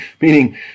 Meaning